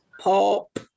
Pop